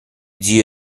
zio